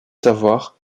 savoir